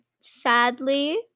sadly